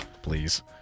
Please